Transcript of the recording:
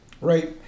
Right